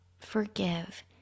Forgive